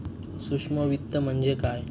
सूक्ष्म वित्त म्हणजे काय?